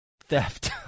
Theft